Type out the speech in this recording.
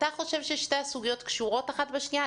אתה חושב ששתי הסוגיות קשורות אחת בשנייה?